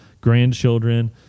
grandchildren